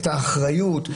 את האחריות,